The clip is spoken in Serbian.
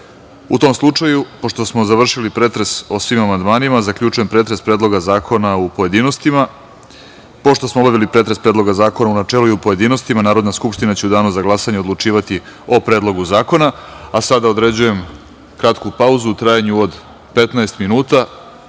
tom slučaju, pošto smo završili pretres o svim amandmanima, zaključujem pretres Predloga zakona u pojedinostima. Pošto smo obavili pretres Predloga zakona u načelu i u pojedinostima, Narodna skupština će u danu za glasanje odlučivati o Predlogu zakona. Sada određujem kratku pauzu u trajanju od 15 minuta,